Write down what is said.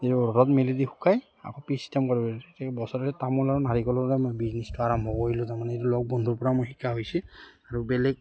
এই ৰ'দত মেলি শুকাই আকৌ পিচ চিষ্টেম কৰিব গতিকে বছৰত তামোল আৰু নাৰিকলৰে মই বিজনেছটো আৰম্ভ কৰিলোঁ তাৰমানে এইটো লগ বন্ধুৰপৰা মই শিকা হৈছে আৰু বেলেগ